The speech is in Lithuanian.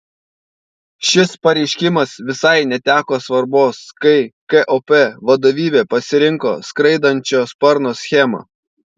šis pareiškimas visai neteko svarbos kai kop vadovybė pasirinko skraidančio sparno schemą